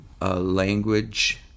language